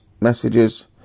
messages